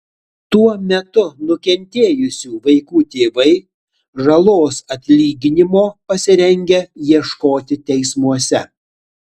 tuo metu nukentėjusių vaikų tėvai žalos atlyginimo pasirengę ieškoti teismuose